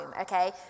okay